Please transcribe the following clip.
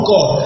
God